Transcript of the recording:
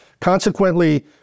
Consequently